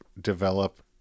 develop